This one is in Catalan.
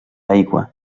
aigua